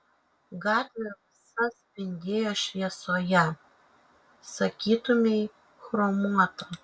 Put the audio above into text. gatvė visa spindėjo šviesoje sakytumei chromuota